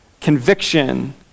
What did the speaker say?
conviction